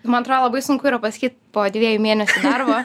man atro labai sunku yra pasakyt po dviejų mėnesių darbo